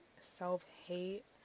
self-hate